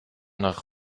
nach